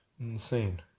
Insane